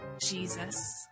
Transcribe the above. Jesus